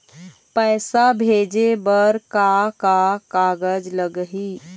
पैसा भेजे बर का का कागज लगही?